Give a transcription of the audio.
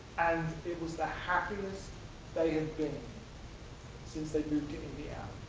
and it was the happiest they have been since they've moved to indiana.